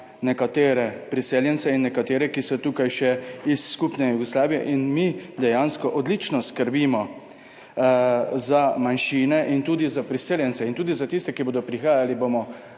nekatere priseljence in nekatere, ki so tukaj še iz skupne Jugoslavije, in mi dejansko odlično skrbimo za manjšine in tudi za priseljence in tudi za tiste, ki bodo prihajali,